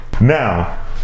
now